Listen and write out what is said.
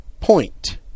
point